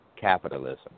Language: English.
capitalism